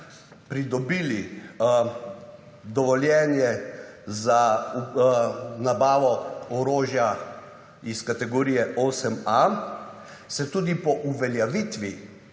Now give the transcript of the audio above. pridobili dovoljenje za nabavo orožja iz kategorije 8a se tudi po uveljavitvi